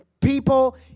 People